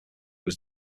was